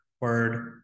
word